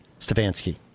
Stefanski